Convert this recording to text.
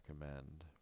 recommend